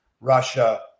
Russia